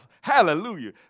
Hallelujah